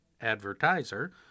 Advertiser